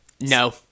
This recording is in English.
No